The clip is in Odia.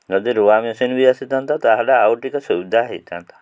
ଯଦି ରୁଆ ମେସିନ୍ ବି ଆସିଥାନ୍ତା ତାହେଲେ ଆଉ ଟିକେ ସୁବିଧା ହେଇଥାନ୍ତା